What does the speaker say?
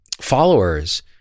followers